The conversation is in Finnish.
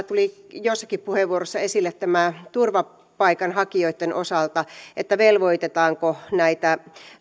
tuli joissakin puheenvuoroissa esille näitten turvapaikanhakijoitten osalta velvoitetaanko näitä